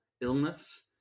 illness